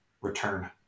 return